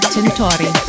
Tintori